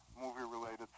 movie-related